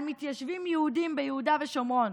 על מתיישבים יהודים ביהודה ושומרון.